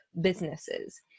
businesses